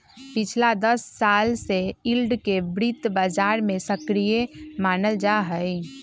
पिछला दस साल से यील्ड के वित्त बाजार में सक्रिय मानल जाहई